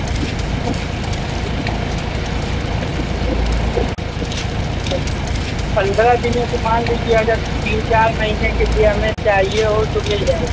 اچھا پندرہ دنوں کے مان لیجیے اگر تین چار مہینے کے لیے ہمیں چاہیے ہو تو مل جائے گا